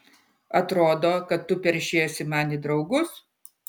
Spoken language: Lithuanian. atrodo kad tu peršiesi man į draugus